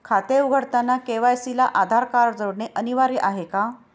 खाते उघडताना के.वाय.सी ला आधार कार्ड जोडणे अनिवार्य आहे का?